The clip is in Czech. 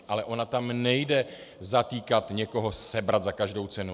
Ale ona tam nejde zatýkat, někoho sebrat za každou cenu.